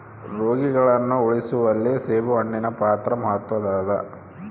ರೋಗಿಗಳನ್ನು ಉಳಿಸುವಲ್ಲಿ ಸೇಬುಹಣ್ಣಿನ ಪಾತ್ರ ಮಾತ್ವದ್ದಾದ